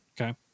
okay